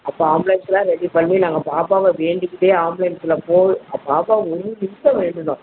அப்போ ஆம்புலன்ஸ்லாம் ரெடி பண்ணி நாங்கள் பாபாவை வேண்டிக்கிட்டே ஆம்புலன்ஸில் போ பாபாவை ஒரு நிமிஷம் வேண்டுனோம்